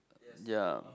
ya